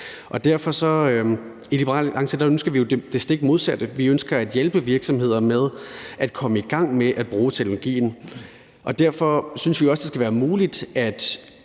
I Liberal Alliance ønsker vi jo det stik modsatte. Vi ønsker at hjælpe virksomhederne med at komme i gang med at bruge teknologien, og derfor synes vi også, det skal være muligt at